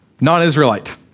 non-Israelite